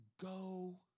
go